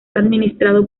administrado